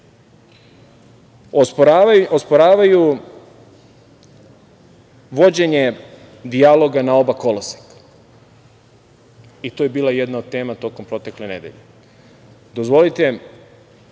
osporavaju vođenje dijaloga na oba koloseka i to je bila jedna od tema u protekle dve nedelje. Dozvolite,